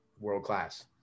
world-class